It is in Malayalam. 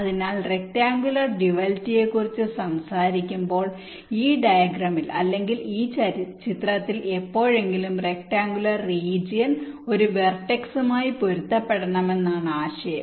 അതിനാൽ റെക്ടാങ്കുലർ ഡ്യൂവലിറ്റിയെക്കുറിച്ച് സംസാരിക്കുമ്പോൾ ഈ ഡയഗ്രാമിൽ അല്ലെങ്കിൽ ഈ ചിത്രത്തിൽ എപ്പോഴെങ്കിലും റെക്ടാങ്കുലർ റീജിയൻ ഒരു വെർടെക്സുമായി പൊരുത്തപ്പെടുമെന്നതാണ് ആശയം